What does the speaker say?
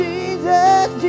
Jesus